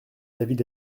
david